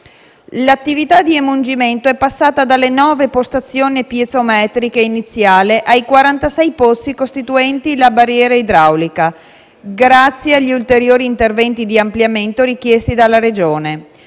L'attività di emungimento è passata dalle 9 postazioni piezometriche iniziali ai 46 pozzi costituenti la barriera idraulica, grazie agli ulteriori interventi di ampliamento richiesti dalla Regione.